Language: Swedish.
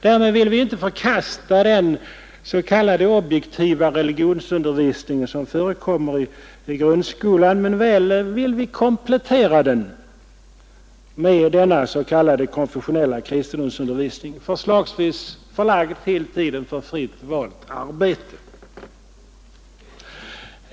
Därmed vill vi inte förkasta den s.k. objektiva religionsundervisning som förekommer i grundskolan, men väl vill vi komplettera den med s.k. konfessionell kristendomsundervisning, förslagsvis förlagd till tiden för ”fritt valt arbete”.